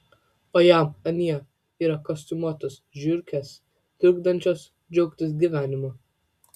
o jam anie yra kostiumuotos žiurkės trukdančios džiaugtis gyvenimu